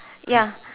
ya